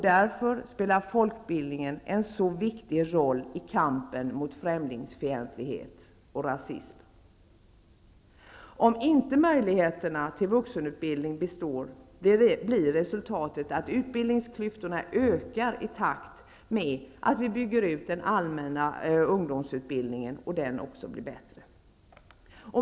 Därför spelar folkbildningen en så viktig roll i kampen mot främlingsfientlighet och rasism. Om inte möjligheterna till vuxenutbildning består, blir resultatet att utbildningsklyftorna ökar i takt med att den allmänna ungdomsutbildningen byggs ut och den därmed blir bättre.